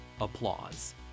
applause